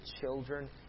children